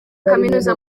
kaminuza